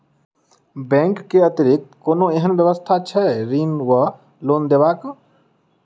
Bank केँ अतिरिक्त कोनो एहन व्यवस्था छैक ऋण वा लोनदेवाक?